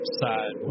side